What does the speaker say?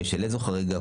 בשל איזו חריגה,